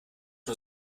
nur